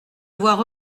voir